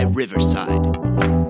Riverside